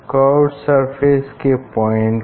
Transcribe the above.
हमने यह capital D measure किया है दो रीडिंग्स के डिफरेंस से